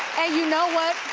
and you know what?